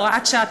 הוראת שעה),